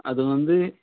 அது வந்து